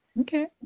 Okay